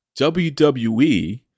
WWE